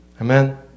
Amen